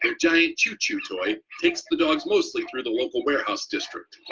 and giant choo choo toy takes the dogs mostly through the local warehouse district,